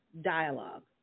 dialogue